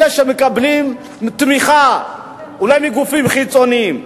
אלה שמקבלים תמיכה אולי מגופים חיצוניים,